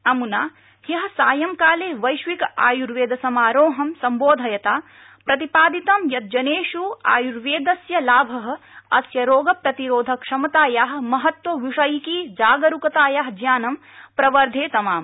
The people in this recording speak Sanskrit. अमुना ह्य सायं काले वैश्विक आयुर्वेदसमारोहं सम्बोधयता प्रतिपादितं यत् जनेष् आयुर्वेदस्य लाभ अस्य रोगप्रतिरोधकक्षमताया महत्वविषयिकी जागरूकताया ज्ञानं प्रवर्धतेतमाम्